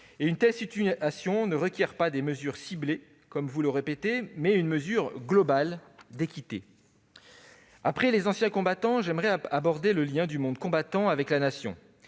; une telle situation requiert non pas des mesures ciblées, comme vous le répétez, mais une mesure globale d'équité. Après les anciens combattants, je souhaite aborder le lien entre le monde combattant et la Nation.